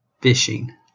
fishing